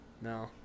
No